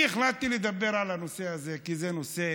אני החלטתי לדבר על הנושא הזה כי זה נושא